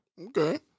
Okay